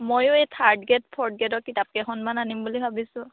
ময়ো এই third grade fourth গ্ৰেডৰ কিতাপ কেইখনমান আনিম বুলি ভাবিছোঁ